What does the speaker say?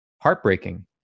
heartbreaking